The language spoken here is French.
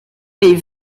les